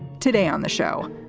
today on the show,